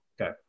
Okay